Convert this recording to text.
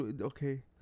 okay